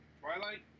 Twilight